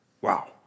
Wow